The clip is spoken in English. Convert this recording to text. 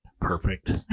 Perfect